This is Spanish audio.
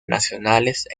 nacionales